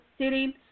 sitting